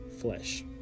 flesh